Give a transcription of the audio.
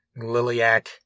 Liliac